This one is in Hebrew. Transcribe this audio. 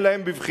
אלא הן בבחינת